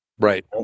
Right